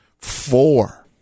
Four